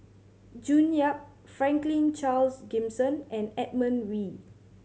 June Yap Franklin Charles Gimson and Edmund Wee